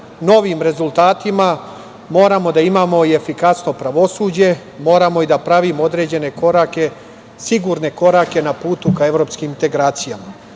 novim rezultatima moramo da imamo i efikasno pravosuđe, moramo i da pravimo određene korake, sigurne korake na putu ka evropskim integracijama. Kao